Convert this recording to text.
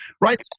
right